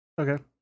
Okay